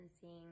seeing